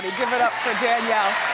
give it up for danielle.